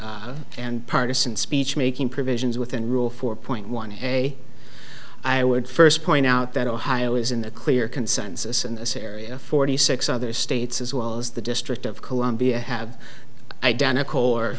and and partisan speech making provisions within rule four point one a i would first point out that ohio is in the clear consensus in this area forty six other states as well as the district of columbia have identical or